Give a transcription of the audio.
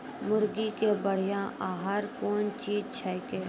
मुर्गी के बढ़िया आहार कौन चीज छै के?